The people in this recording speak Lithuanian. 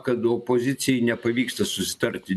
kad opozicijai nepavyksta susitarti